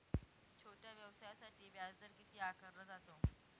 छोट्या व्यवसायासाठी व्याजदर किती आकारला जातो?